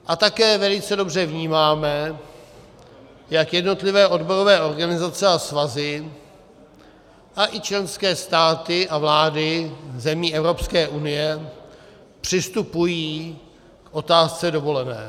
A také velice dobře vnímáme, jak jednotlivé odborové organizace a svazy a i členské státy a vlády zemi Evropské unie přistupují k otázce dovolené.